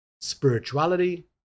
spirituality